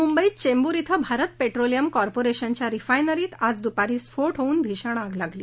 मुंबईत चेंबूर धिं भारत पेट्रोलियम कॉर्पोरेशनच्या रिफायनरीत आज दुपारी स्फोट होऊन भीषण आग लागली